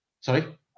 Sorry